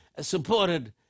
supported